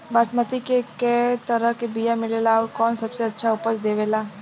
बासमती के कै तरह के बीया मिलेला आउर कौन सबसे अच्छा उपज देवेला?